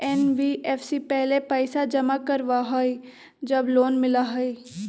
NBFC पहले पईसा जमा करवहई जब लोन मिलहई?